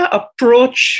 approach